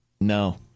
No